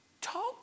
talk